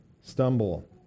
stumble